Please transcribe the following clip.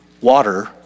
Water